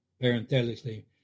parenthetically